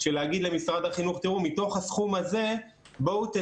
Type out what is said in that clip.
להגיד למשרד החינוך: מתוך הסכום הזה תתעדפו